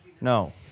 No